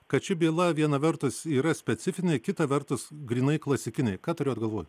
kad ši byla viena vertus yra specifinė kita vertus grynai klasikinė ką turėjot galvoj